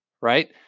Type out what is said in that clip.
right